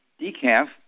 Decaf